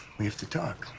we have to talk.